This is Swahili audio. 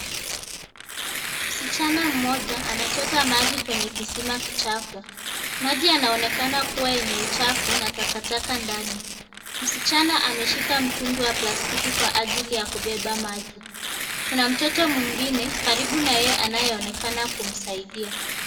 Msichana mmoja anachota maji kwenye kisima kichafu. Maji yanaonekana kuwa yenye uchafu na takataka ndani. Msichana ameshika mtungi wa plastiki kwa ajili ya kubeba maji. Kuna mtoto mwengine karibu na yeye anayeonekana kumsaidia.